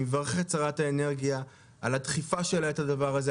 אני מברך את שרת האנרגיה על הדחיפה שלה את הדבר הזה,